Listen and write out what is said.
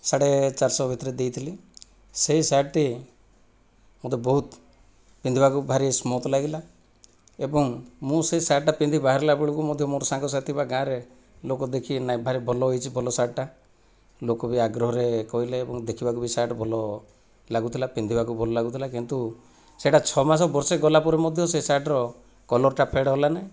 ସାଢ଼େ ଚାରିଶହ ଭିତରେ ଦେଇଥିଲି ସେହି ସାର୍ଟଟି ମୋତେ ବହୁତ ପିନ୍ଧିବାକୁ ଭାରି ସ୍ମୁଥ୍ ଲାଗିଲା ଏବଂ ମୁଁ ସେହି ସାର୍ଟଟା ପିନ୍ଧି ବାହାରିଲା ବେଳକୁ ମୋତେ ମୋର ସାଙ୍ଗସାଥି ବା ଗାଁରେ ଲୋକ ଦେଖି ନାଇଁ ଭାରି ଭଲ ହୋଇଛି ଭଲ ସାର୍ଟଟା ଲୋକ ବି ଆଗ୍ରହରେ କହିଲେ ଏବଂ ଦେଖିବାକୁ ବି ସାର୍ଟ ଭଲ ଲାଗୁଥିଲା ପିନ୍ଧିବାକୁ ଭଲ ଲାଗୁଥିଲା କିନ୍ତୁ ସେଇଟା ଛଅ ମାସ ବର୍ଷେ ଗଲାପରେ ମଧ୍ୟ ସେ ସାର୍ଟର କଲରଟା ଫେଡ଼୍ ହେଲାନି